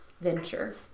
venture